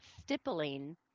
stippling